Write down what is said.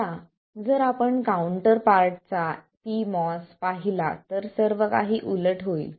आता जर आपण काउंटर पार्ट चा pMOS पाहिला तर सर्व काही उलट होईल